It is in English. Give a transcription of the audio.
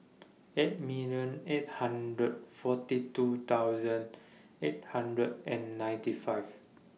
eight million eight hundred forty two thousand eight hundred and ninety five